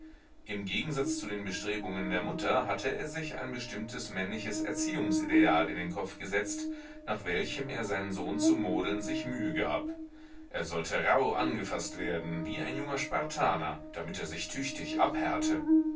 im gegensatz zu den bestrebungen der mutter hatte er sich ein bestimmtes männliches erziehungsideal in den kopf gesetzt nach welchem er seinen sohn zu modeln sich mühe gab er sollte rauh angefaßt werden wie ein junger spartaner damit er sich tüchtig abhärte